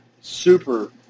super